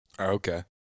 Okay